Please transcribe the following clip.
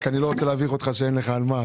רק אני לא רוצה להביך אותך שאין לך על מה.